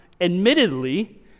admittedly